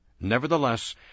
Nevertheless